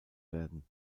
werden